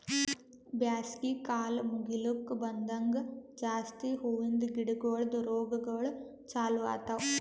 ಬ್ಯಾಸಗಿ ಕಾಲ್ ಮುಗಿಲುಕ್ ಬಂದಂಗ್ ಜಾಸ್ತಿ ಹೂವಿಂದ ಗಿಡಗೊಳ್ದು ರೋಗಗೊಳ್ ಚಾಲೂ ಆತವ್